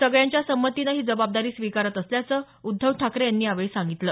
सगळ्यांच्या संमतीनं ही जबाबदारी स्वीकारत असल्याचं उद्धव ठाकरे यांनी यावेळी सांगितलं